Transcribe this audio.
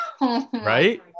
right